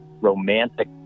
Romantic